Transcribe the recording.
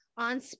On